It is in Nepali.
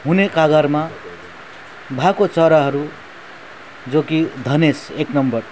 हुने कागरमा भएको चराहरू जो कि धनेस एक नम्बर